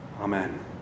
Amen